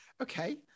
Okay